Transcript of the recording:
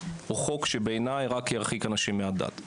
הוא חוק שבעיניי רק ירחיק אנשים מהדת,